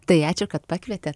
tai ačiū kad pakvietėt